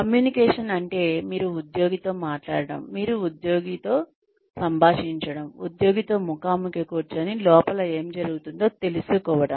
communication అంటే మీరు ఉద్యోగితో మాట్లాడటం మీరు ఉద్యోగితో సంభాషించడం ఉద్యోగితో ముఖాముఖి కూర్చుని లోపల ఏమి జరుగుతుందో తెలుసుకోవడం